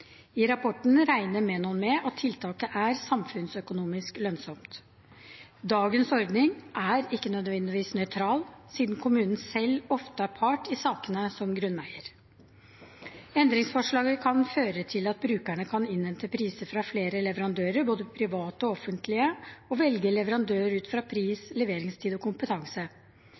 I rapporten regner Menon med at tiltaket er samfunnsøkonomisk lønnsomt. Dagens ordning er ikke nødvendigvis nøytral, siden kommunen selv ofte er part i sakene som grunneier. Endringsforslaget kan føre til at brukerne kan innhente priser fra flere leverandører, både private og offentlige, og velge leverandør ut fra pris, leveringstid og kompetanse.